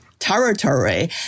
territory